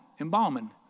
Embalming